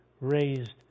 raised